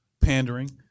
pandering